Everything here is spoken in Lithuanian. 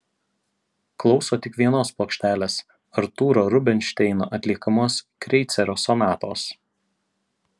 klauso tik vienos plokštelės artūro rubinšteino atliekamos kreicerio sonatos